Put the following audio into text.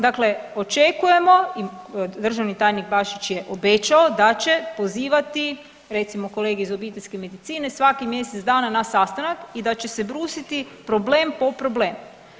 Dakle, očekujemo i državni tajnik Bašić je obećao da će pozivati recimo kolege iz obiteljske medicine svakih mjesec dana na sastanak i da će se brusiti problem po problem.